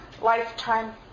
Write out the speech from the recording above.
lifetime